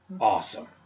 Awesome